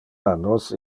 annos